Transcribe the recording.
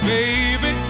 Baby